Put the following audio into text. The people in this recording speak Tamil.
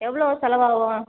எவ்வளோ செலவாகும்